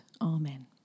Amen